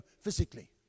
physically